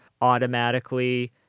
automatically